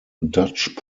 dutch